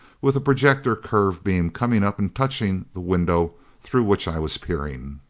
with a projector curve beam coming up and touching the window through which i was peering.